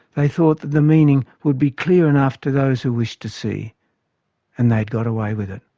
they thought that the meaning would be clear enough to those who wished to see and they'd got away with it.